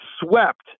swept